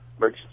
makes